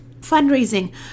Fundraising